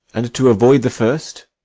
and to avoid the first,